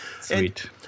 sweet